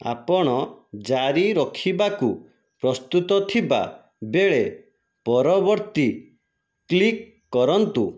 ଆପଣ ଜାରି ରଖିବାକୁ ପ୍ରସ୍ତୁତ ଥିବାବେଳେ ପରବର୍ତ୍ତୀ କ୍ଲିକ୍ କରନ୍ତୁ